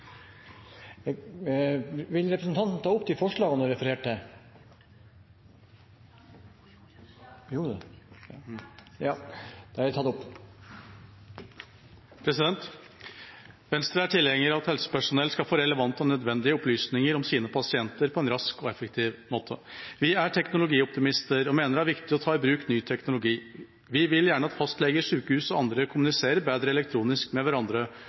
vil eg få fremja forslaga nr. 2 og 3 frå Senterpartiet, Venstre og SV. Representanten Kjersti Toppe har tatt opp de forslagene hun viste til. Venstre er tilhenger av at helsepersonell skal få relevante og nødvendige opplysninger om sine pasienter på en rask og effektiv måte. Vi er teknologioptimister og mener det er viktig å ta i bruk ny teknologi. Vi vil gjerne at fastleger, sykehus og andre kommuniserer bedre elektronisk med